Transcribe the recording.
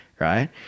right